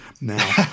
now